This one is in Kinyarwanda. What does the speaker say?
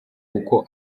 uko